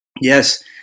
Yes